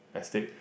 estate